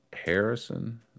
Harrison